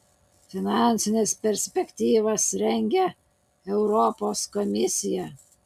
finansines perspektyvas rengia europos komisija